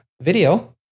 video